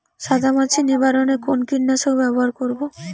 সাদা মাছি নিবারণ এ কোন কীটনাশক ব্যবহার করব?